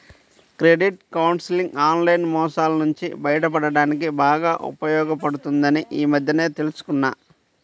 credit counselling online మోసాల నుంచి బయటపడడానికి బాగా ఉపయోగపడుతుందని ఈ మధ్యనే తెల్సుకున్నా